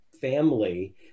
family